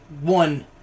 one